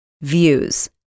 views